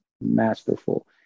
masterful